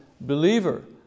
believer